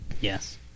Yes